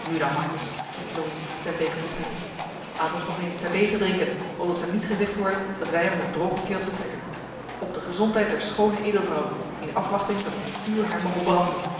nu dan makkers riep leroux zijn beker opheffende laat ons nog eens terdege drinken opdat er niet gezegd worde dat wij met een droge keel vertrekken op de gezondheid der schone edelvrouw in afwachting dat het vuur haar moge branden